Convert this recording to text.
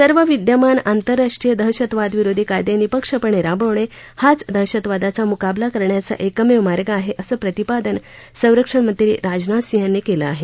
सर्व विद्यमान आंतरराष्ट्रीय दहशतवादविरोधी कायदे निःपक्षपणे राबवणे हाच दहशतवादाचा मुकाबला करण्याचा एकमेव मार्ग आहे असं प्रतिपादन संरक्षण मंत्री राजनाथ सिंग यांनी केलं आहे